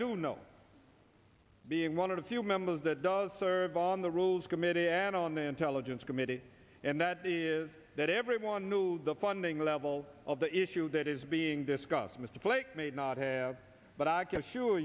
do know being one of the few members that does serve on the rules committee and on the intelligence committee and that is that everyone knew the funding level of the issue that is being discussed mr flake may not have but i